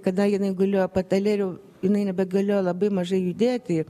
kada jinai gulėjo patale ir jau jinai nebegalėjo labai mažai judėti